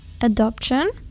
adoption